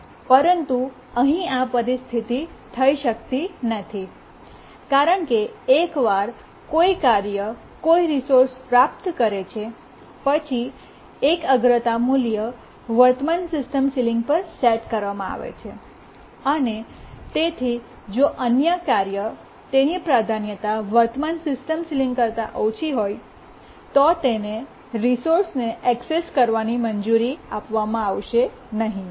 પરંતુ અહીં આ પરિસ્થિતિ થઈ શકતી નથી કારણ કે એકવાર કોઈ કાર્ય કોઈ રિસોર્સ પ્રાપ્ત કરે છે પછી એક અગ્રતા મૂલ્ય વર્તમાન સિસ્ટમ સીલીંગ પર સેટ કરવામાં આવે છે અને તેથી જો અન્ય કાર્ય તેની પ્રાધાન્યતા વર્તમાન સિસ્ટમ સીલીંગ કરતા ઓછી હોય તો તેને રિસોર્સને એક્સેસ કરવાની મંજૂરી આપવામાં આવશે નહીં